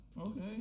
okay